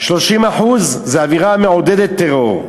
30% זה אווירה מעודדת טרור,